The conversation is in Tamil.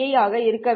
ஆக இருக்க வேண்டும்